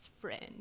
friend